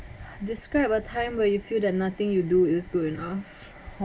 describe a time where you feel that nothing you do is good enough